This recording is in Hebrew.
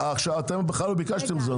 אתם בכלל לא ביקשתם את זה,